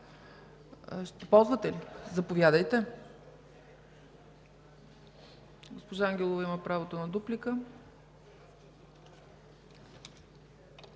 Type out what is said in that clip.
ще ползвате ли? Заповядайте.